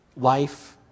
life